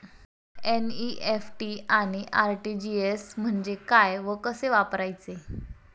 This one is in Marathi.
एन.इ.एफ.टी आणि आर.टी.जी.एस म्हणजे काय व कसे वापरायचे?